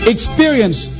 Experience